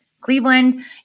Cleveland